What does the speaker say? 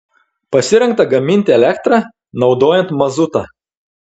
pasirengta gaminti elektrą naudojant mazutą